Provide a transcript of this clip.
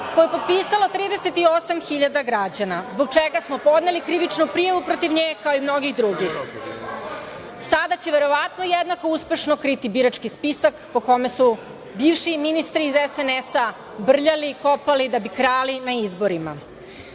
koju je potpisalo 38.000 građana, zbog čega smo podneli krivičnu prijavu protiv nje, kao i mnogih drugih. Sada će verovatno jednako uspešno kriti birački spisak po kome su bivši ministri iz SNS-a brljali i kopali da bi krali na izborima. Rešenja